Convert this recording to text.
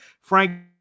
Frank